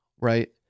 right